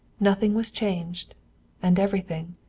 nothing was changed and everything.